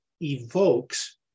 evokes